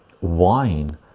wine